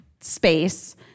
space